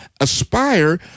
aspire